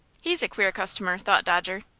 he's a queer customer! thought dodger.